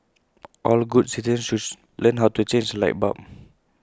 all good citizens should learn how to change A light bulb